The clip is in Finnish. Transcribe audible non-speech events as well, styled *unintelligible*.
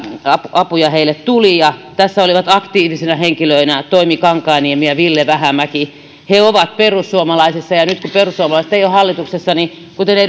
apuja heille tuli tässä olivat aktiivisina henkilöinä toimi kankaanniemi ja ville vähämäki he ovat perussuomalaisissa ja nyt kun perussuomalaiset eivät ole hallituksessa niin kuten *unintelligible*